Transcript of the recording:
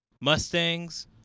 Mustangs